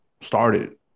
started